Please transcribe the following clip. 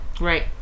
Right